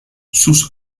sus